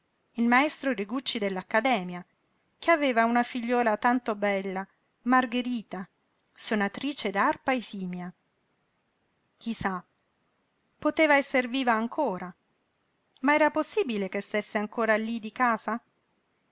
il maestro rigucci dell'accademia che aveva una figliuola tanto bella margherita sonatrice d'arpa esimia chi sa poteva esser viva ancora ma era possibile che stésse ancora lí di casa